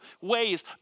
ways